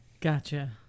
Gotcha